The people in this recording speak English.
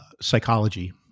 psychology